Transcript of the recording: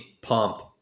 pump